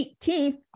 18th